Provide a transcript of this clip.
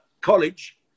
college